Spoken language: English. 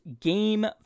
Game